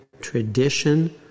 tradition